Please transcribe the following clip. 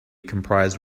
comprised